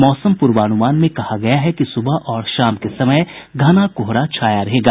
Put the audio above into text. मौसम पूर्वानुमान में कहा गया है कि सुबह और शाम के समय घना कोहरा छाया रहेगा